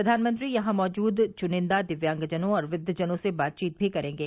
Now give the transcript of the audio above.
प्रधानमंत्री यहां मौजूद चुनिंदा दिव्यांगजनों और वृद्वजनों से बातवीत भी करेंगे